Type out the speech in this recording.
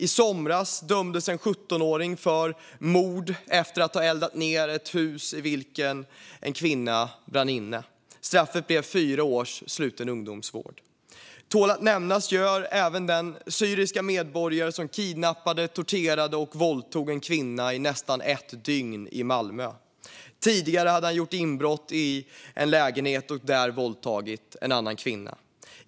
I somras dömdes en 17-åring för mord efter att ha satt eld på ett hus i vilket en kvinna brann inne. Straffet blev fyra års sluten ungdomsvård. Tål att nämnas gör även den syriska medborgare som kidnappade, torterade och våldtog en kvinna i nästan ett dygn i Malmö. Tidigare hade han gjort inbrott i en lägenhet och där våldtagit en annan kvinna.